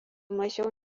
mažiau